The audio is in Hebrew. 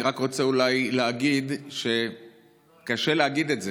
אני רק רוצה אולי להגיד, קשה להגיד את זה,